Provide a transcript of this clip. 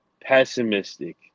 pessimistic